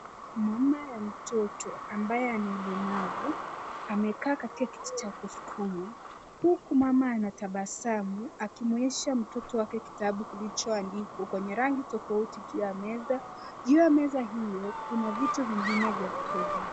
Mama ya mtoto ambaye ana ulemavu, amekaa katika kiti cha kusukuma, huku mama anatabasamu, akimuonyesha mtoto wake kitabu kilichoandikwa kwenye rangi tofauti juu ya meza. Juu ya meza hiyo kuna vitu vingine vya kuchezea .